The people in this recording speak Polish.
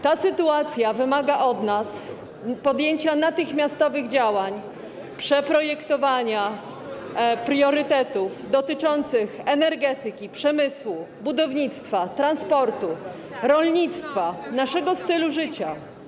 Ta sytuacja wymaga od nas podjęcia natychmiastowych działań, przeprojektowania priorytetów dotyczących energetyki, przemysłu, budownictwa, transportu, rolnictwa, naszego stylu życia.